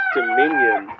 Dominion